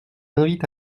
invite